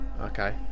Okay